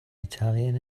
italian